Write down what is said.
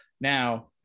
now